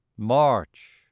March